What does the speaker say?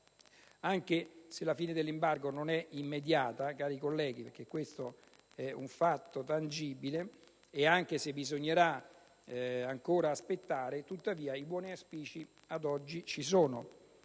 colleghi, la fine dell'embargo non è immediata - questo è un fatto tangibile - e anche se bisognerà ancora aspettare, tuttavia i buoni auspici ad oggi ci sono.